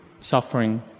suffering